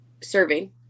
serving